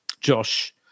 Josh